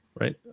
Right